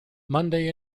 monday